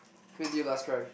when did you last cry